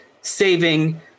saving